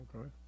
Okay